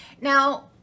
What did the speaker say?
now